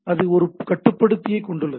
இது ஒரு கட்டுப்படுத்தியைக் கொண்டுள்ளது